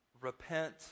repent